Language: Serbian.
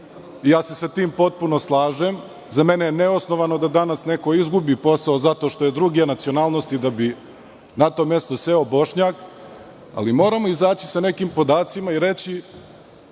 i ja se sa tim potpuno slažem. Za mene je neosnovano da danas neko izgubi posao zato što je druge nacionalnosti da bi na to mesto seo Bošnjak, ali moramo izaći sa nekim podacima i reći